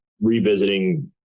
revisiting